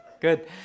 Good